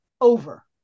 over